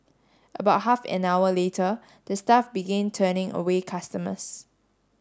about half an hour later the staff begin turning away customers